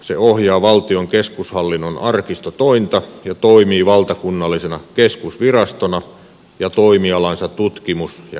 se ohjaa valtion keskushallinnon arkistotointa ja toimii valtakunnallisena keskusvirastona ja toimialansa tutkimus ja kehittämiskeskuksena